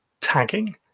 tagging